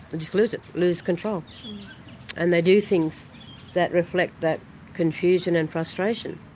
but just lose it, lose control and they do things that reflect that confusion and frustration.